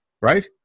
right